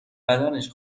بدنش